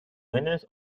winners